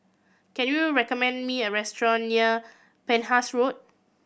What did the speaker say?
can you recommend me a restaurant near Penhas Road